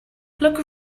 look